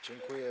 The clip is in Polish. Dziękuję.